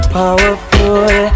powerful